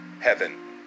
Heaven